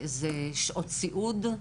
זה שעות סיעוד,